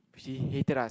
she hated us